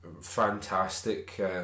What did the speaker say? fantastic